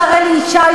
השר אלי ישי,